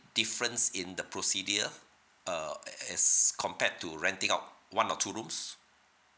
difference in the procedure uh a~ as compared to renting out one or two rooms